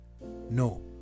No